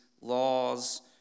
laws